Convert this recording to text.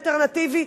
אלטרנטיבי,